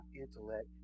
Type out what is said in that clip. intellect